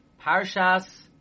Parshas